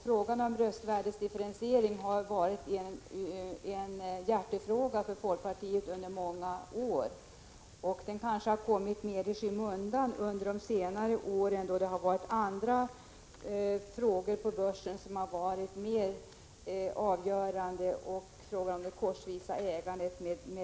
Frågan har varit en hjärtefråga för folkpartiet under många år. Den kanske har kommit i skymundan under senare år, då andra frågor när det gäller börsen har varit mer avgörande, exempelvis frågan om korsvist ägande.